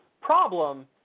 problem